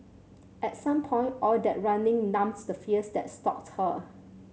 at some point all that running numbed the fears that stalked her